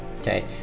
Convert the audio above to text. okay